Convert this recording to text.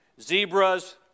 zebras